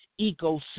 ecosystem